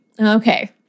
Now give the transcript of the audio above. Okay